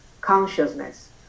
consciousness